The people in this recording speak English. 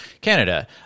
Canada